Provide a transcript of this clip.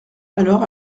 alors